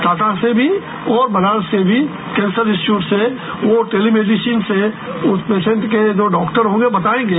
टाटा से भी और बनारस से भी कैंसर इंस्टीट्यूट से ओ टेलिमेडिसिन से उस पेसेंट के जो डॉक्टर होंगे वे बतायेंगे